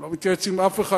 הוא לא מתייעץ עם אף אחד,